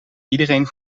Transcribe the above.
iedereen